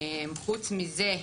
חוץ מזה,